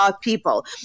people